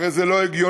הרי זה לא הגיוני.